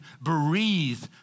breathe